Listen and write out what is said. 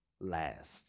last